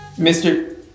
mr